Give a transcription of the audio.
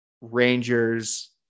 Rangers